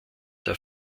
der